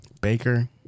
Baker